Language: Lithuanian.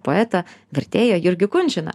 poetą vertėją jurgį kunčiną